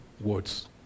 words